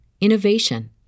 innovation